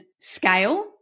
scale